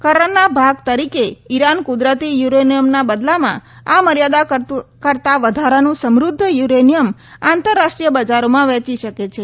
કરારના ભાગ તરીકે ઈરાન કુદરતી યુરેનીયમના બદલામાં આ મર્યાદા કરતાં વધારાનું સમૃધ્ધ યુરેનીયમ આંતરરાષ્ટ્રીય બજારોમાં વહેંચી શકે છે